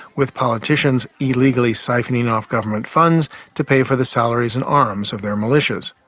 with politicians illegally siphoning off government funds to pay for the salaries and arms of their militias.